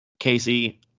Casey